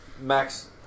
max –